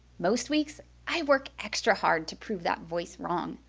most weeks, i work extra hard to prove that voice wrong.